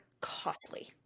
costly